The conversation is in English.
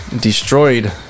destroyed